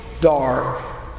dark